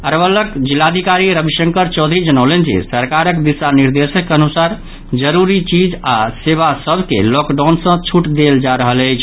अरवलक जिलाधिकारी रविशंकर चौधरी जनौलनि जे सरकारक दिशा निर्देशक अनुसार जरूरी चीज आओर सेवा सभ के लॉकडाउन सँ छूट देल जा रहल अछि